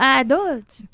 adults